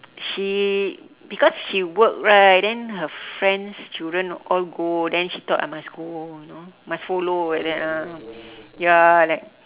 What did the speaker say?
she because she work right then her friend's children all go then she thought I must go you know must follow like that ah ya like